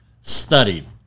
studied